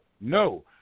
No